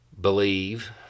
believe